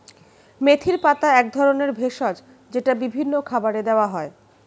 মেথির পাতা এক ধরনের ভেষজ যেটা বিভিন্ন খাবারে দেওয়া হয়